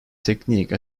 technique